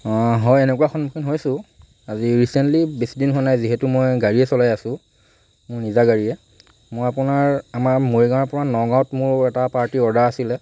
হয় এনেকুৱা সন্মুখীন হৈছোঁ আজি ৰিচেণ্টলি বিছ দিন হোৱা নাই যিহেতু মই গাড়ীয়ে চলাই আছোঁ মোৰ নিজা গাড়ীয়ে মই আপোনাৰ আমাৰ মৰিগাঁৱৰ পৰা নগাঁৱত মোৰ এটা পাৰ্টীৰ অৰ্ডাৰ আছিলে